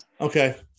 Okay